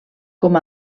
com